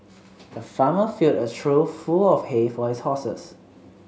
the farmer filled a trough full of hay for his horses